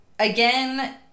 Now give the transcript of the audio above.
Again